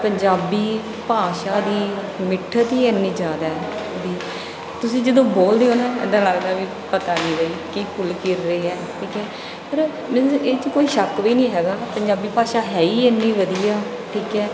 ਪੰਜਾਬੀ ਭਾਸ਼ਾ ਦੀ ਮਿੱਠਤ ਹੀ ਇੰਨੀ ਜ਼ਿਆਦਾ ਵੀ ਤੁਸੀਂ ਜਦੋਂ ਬੋਲਦੇ ਹੋ ਨਾ ਇੱਦਾਂ ਲੱਗਦਾ ਵੀ ਪਤਾ ਨਹੀਂ ਬਈ ਕੀ ਫੁੱਲ ਕਿਰ ਰਹੇ ਹੈ ਠੀਕ ਹੈ ਪਰ ਮੀਨਜ਼ ਇਹ 'ਚ ਕੋਈ ਸ਼ੱਕ ਵੀ ਨਹੀਂ ਹੈਗਾ ਪੰਜਾਬੀ ਭਾਸ਼ਾ ਹੈ ਹੀ ਇੰਨੀ ਵਧੀਆ ਠੀਕ ਹੈ